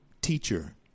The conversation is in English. teacher